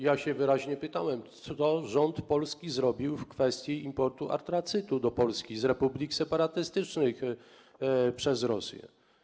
Ja wyraźnie pytałem, co rząd polski zrobił w kwestii importu antracytu do Polski z republik separatystycznych przez Rosję.